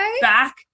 back